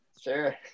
Sure